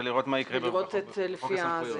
ולראות מה יקרה בחוק הסמכויות.